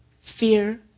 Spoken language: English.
fear